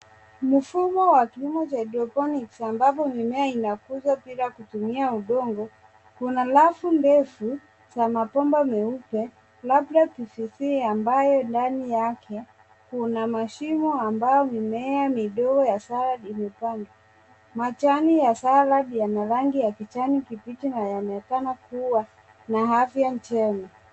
Mfumo wa kilimo cha haidroponiki ambapo mimea inakuzwa bila kutumia udongo. Kuna rafu ndefu za mabomba meupe labda PVC ambayo ndani yake kuna mashimo ambayo mimea midogo ya saladi imepandwa. Majani ya saladi yana rangi ya kijani kibichi na yanaonekana kuwa na afya njema.